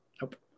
Nope